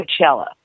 Coachella